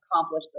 accomplish